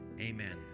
Amen